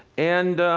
and